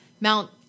mount